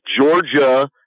Georgia